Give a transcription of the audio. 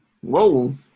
Whoa